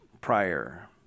prior